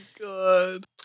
God